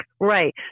Right